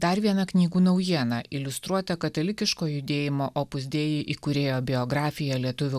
dar viena knygų naujiena iliustruota katalikiško judėjimo opus dei įkūrėjo biografija lietuvių